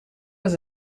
was